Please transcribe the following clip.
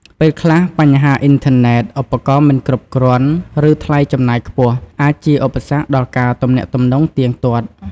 ពេលខ្លះ បញ្ហាអ៊ីនធឺណេត ឧបករណ៍មិនគ្រប់គ្រាន់ ឬថ្លៃចំណាយខ្ពស់ អាចជាឧបសគ្គដល់ការទំនាក់ទំនងទៀងទាត់។